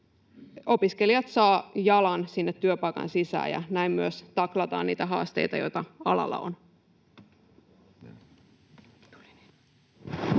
opiskelijat saavat jalan sinne työpaikan sisään ja näin myös taklataan niitä haasteita, joita alalla on.